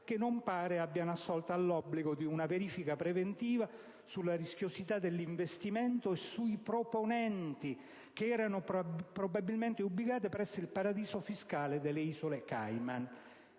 non sembra abbiano assolto all'obbligo di una verifica preventiva sulla rischiosità dell'investimento e sui proponenti, probabilmente ubicati presso il paradiso fiscale delle isole Cayman.